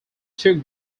took